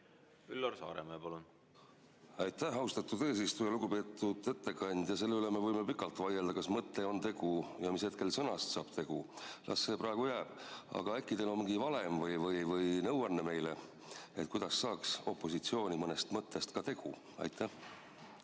Üllar Saaremäe, palun! Aitäh, austatud eesistuja! Lugupeetud ettekandja! Selle üle me võime pikalt vaielda, kas mõte on tegu ja mis hetkel sõnast saab tegu. Las see praegu jääb. Aga äkki teil on meile mingi valem või nõuanne, kuidas saaks opositsiooni mõnest mõttest ka tegu? Aitäh,